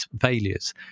failures